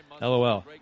LOL